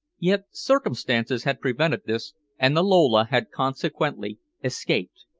yet circumstances had prevented this and the lola had consequently escaped.